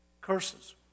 curses